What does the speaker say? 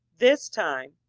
this time,